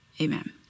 Amen